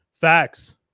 Facts